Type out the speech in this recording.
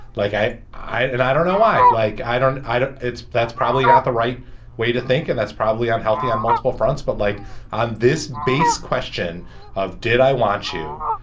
like i i and i don't know why. like, i don't i don't it's that's probably not the right way to think. and that's probably unhealthy on multiple fronts. but like on this base question of did i want you?